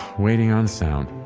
waiting on sound,